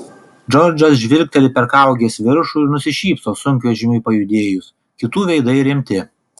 džordžas žvilgteli per kaugės viršų ir nusišypso sunkvežimiui pajudėjus kitų veidai rimti